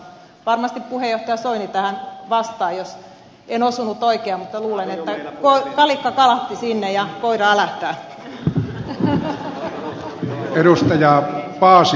varmasti puheenjohtaja soini tähän vastaa jos en osunut oikeaan mutta luulen että kalikka kalahti sinne ja koira älähtää